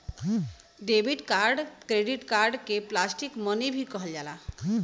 debit card credit card के plastic money भी कहल जाला